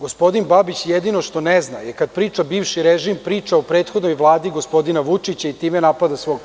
Gospodin Babić jedino što ne zna kada priča bivši režim priča o prethodnoj Vladi gospodina Vučića i time napada svog predsednika.